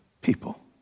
people